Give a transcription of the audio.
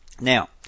Now